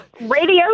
Radio